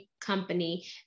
company